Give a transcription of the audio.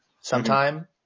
sometime